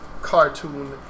cartoon